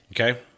Okay